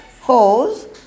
hose